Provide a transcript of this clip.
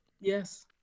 Yes